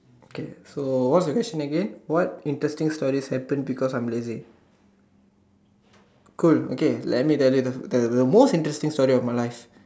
okay so what's the question again what interesting stories happen because I am lazy cool okay let me tell you the the the most interesting story of my life